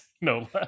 no